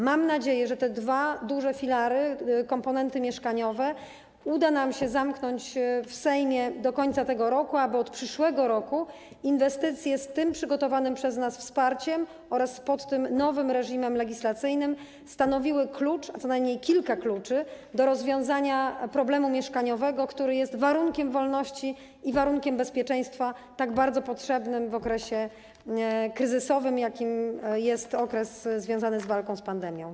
Mam nadzieję, że te dwa duże filary, komponenty mieszkaniowe uda nam się zamknąć w Sejmie do końca tego roku, aby od przyszłego roku inwestycje realizowane z tym przygotowanym przez nas wsparciem oraz pod tym nowym reżimem legislacyjnym stanowiły klucz, co najmniej kilka kluczy, do rozwiązania problemu mieszkaniowego, co jest warunkiem wolności i bezpieczeństwa tak bardzo potrzebnym w okresie kryzysowym, jakim jest okres związany w walką z pandemią.